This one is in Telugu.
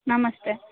నమస్తే